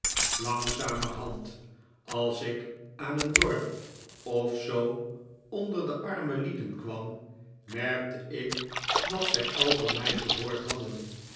langzamerhand als ik aan een dorp of zoo onder de arme lieden kwam merkte ik dat zij al van mij gehoord hadden